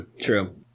true